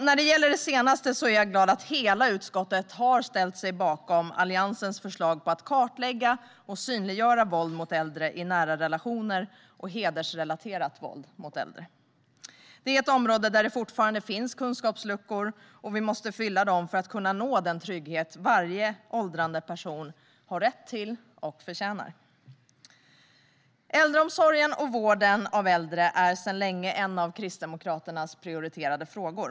När det gäller det sista är jag glad över att hela utskottet har ställt sig bakom Alliansens förslag om att kartlägga och synliggöra våld mot äldre i nära relationer och hedersrelaterat våld mot äldre. Detta är ett område där det fortfarande finns kunskapsluckor, och vi måste fylla dem för att kunna nå den trygghet varje åldrande person har rätt till och förtjänar. Äldreomsorgen och vården av äldre är sedan länge en av Kristdemokraternas prioriterade frågor.